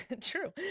true